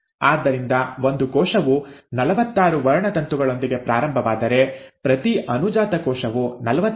ಆದ್ದರಿಂದ ಒಂದು ಕೋಶವು ನಲವತ್ತಾರು ವರ್ಣತಂತುಗಳೊಂದಿಗೆ ಪ್ರಾರಂಭವಾದರೆ ಪ್ರತಿ ಅನುಜಾತ ಕೋಶವು ನಲವತ್ತಾರು ವರ್ಣತಂತುಗಳನ್ನು ಹೊಂದಿರುತ್ತದೆ